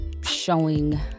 showing